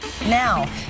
Now